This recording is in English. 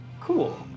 cool